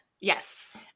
Yes